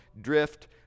drift